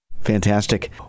Fantastic